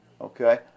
Okay